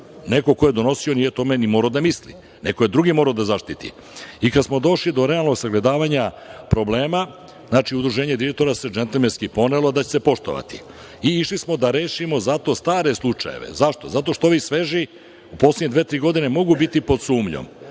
Neko ko je donosio nije o tome morao da misli. Neko je drugi morao da zaštiti. Kada smo došli do realnog sagledavanja problema Udruženje direktora Srbije se džentlmenski ponelo da će da se poštovati i išli smo da rešimo zato stare slučajeve. Zašto ? Zato što ovi sveži u poslednje dve, tri godine mogu biti pod sumnjom